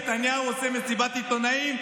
נתניהו עושה מסיבת עיתונאים.